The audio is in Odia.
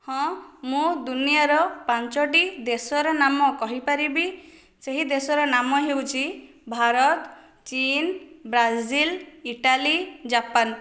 ହଁ ମୁଁ ଦୁନିଆର ପାଞ୍ଚଟି ଦେଶର ନାମ କହିପାରିବି ସେହି ଦେଶର ନାମ ହେଉଛି ଭାରତ ଚୀନ ବ୍ରାଜିଲ ଇଟାଲୀ ଜାପାନ